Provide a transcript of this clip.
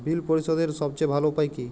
বিল পরিশোধের সবচেয়ে ভালো উপায় কী?